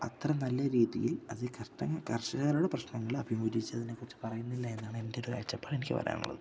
അത്ര നല്ല രീതിയിൽ അത് കർഷകരുടെ പ്രശ്നങ്ങൾ അഭിമുഖികരിച്ചതിനെ കുറിച്ച് പറയുന്നില്ല എന്നാണ് എന്റെ ഒരു കാഴ്ചപ്പാട് എനിക്ക് പറയാനുള്ളത്